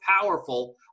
powerful